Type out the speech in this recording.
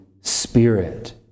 Spirit